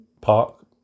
Park